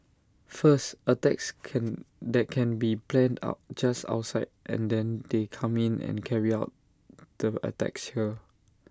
first attacks can that can be planned out just outside and then they come in and carry out the attacks here